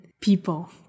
people